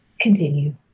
Continue